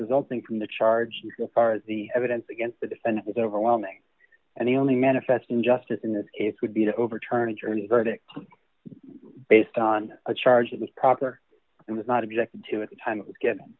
resulting from the charges so far as the evidence against the defendant was overwhelming and the only manifest injustice in this case would be to overturn a journey verdict based on a charge that was proper and was not objected to at the time it was g